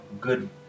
Good